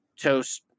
toast